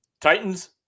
Titans